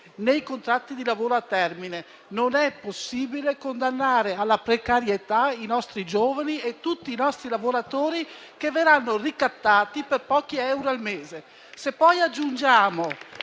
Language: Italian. nei contratti di lavoro a termine. Non è possibile condannare alla precarietà i nostri giovani e tutti i nostri lavoratori che verranno ricattati per pochi euro al mese.